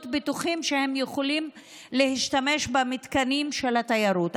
בטוחים שהם יכולים להשתמש במתקנים של התיירות,